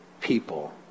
people